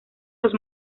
los